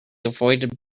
avoided